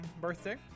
birthday